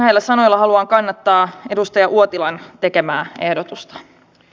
näillä sanoilla haluan kannattaa edustaja uotilan tekemää ehdotusta